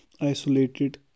isolated